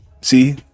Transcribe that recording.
see